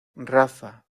rafa